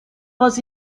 was